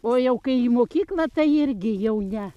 o jau kai į mokyklą tai irgi jau ne